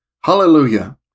Hallelujah